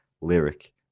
lyric